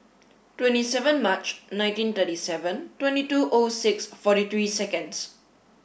twenty seven March nineteen thirty seven twenty two O six forty three seconds